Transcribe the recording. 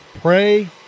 pray